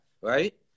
right